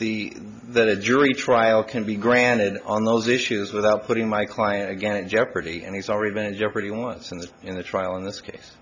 the that a jury trial can be granted on those issues without putting my client again in jeopardy and he's already been in jeopardy once in the in the trial in this case